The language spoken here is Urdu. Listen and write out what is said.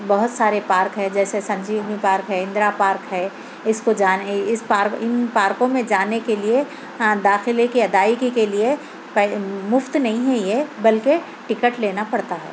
بہت سارے پارک ہے جیسے سنجیونی پارک ہے آندرا پارک ہے اِس کو جانے اِس پارک اِن پارکوں میں جانے کے لئے داخلے کے ادائیگی کے لئے مُفت نہیں ہے یہ بلکہ ٹکٹ لینا پڑتا ہے